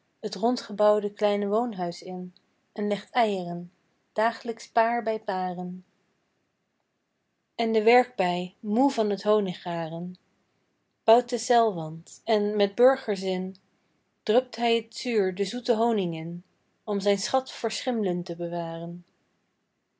t rondgebouwde kleine woonhuis in en legt eieren dagelijks paar bij paren en de werkbij moe van t honiggaren bouwt den celwand en met burgerzin drupt hij t zuur de zoete honing in om zijn schat voor schimlen te bewaren